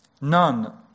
None